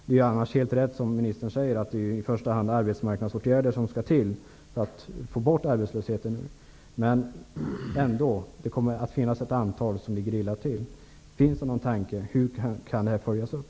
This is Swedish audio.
Det är helt rätt som ministern säger att det i första hand är arbetsmarknadsåtgärder som skall vidtas för att minska arbetslösheten. Men det kommer ändå att finnas ett antal som ligger illa till. Finns det någon tanke? Hur kan beslutet följas upp?